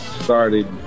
started